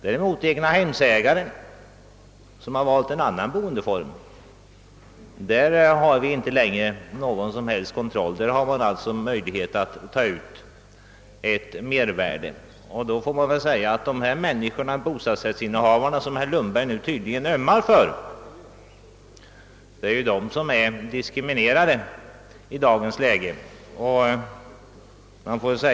När det gäller egnahemsägare, som valt en annan bostadsform, finns det inte längre någon som helst kontroll, och de har alltså möjlighet att ta ut ett mervärde. Det är således bostadsrättsinnehavarna, som herr Lundberg tydligen ömmar för, som är diskriminerade i dagens läge.